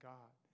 God